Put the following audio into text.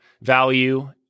value